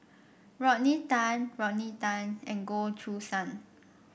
Rodney Tan Rodney Tan and Goh Choo San